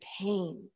pain